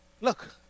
Look